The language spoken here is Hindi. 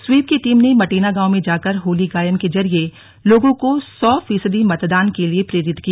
स्वीप की टीम ने मटेना गांव में जाकर होली गायन के जरिये लोगों को सौ फीसदी मतदान के लिए प्रेरित किया